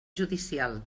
judicial